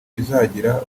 bizagira